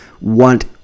want